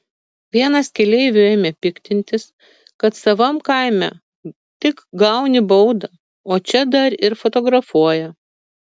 vienas keleivių ėmė piktintis kad savam kaime tik gauni baudą o čia dar ir fotografuoja